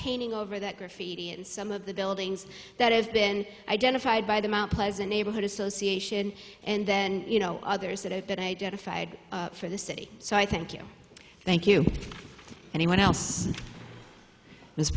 painting over that graffiti and some of the buildings that have been identified by the mt pleasant neighborhood association and then you know others that have been identified for the city so i thank you thank you anyone else